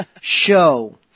show